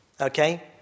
Okay